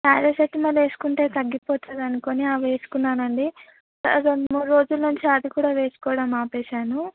paracetamol వేసుకుంటే తగ్గిపోతదనుకుని అవి వేసుకున్నానండి రెండు మూడు రోజులు నుంచి అది కూడా వేసుకోడం ఆపేసాను